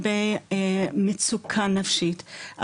הרבה מצוקה נפשית,